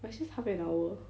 but sh~ half an hour